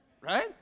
Right